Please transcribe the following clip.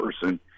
person